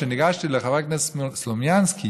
כשניגשתי לחבר הכנסת סלומינסקי,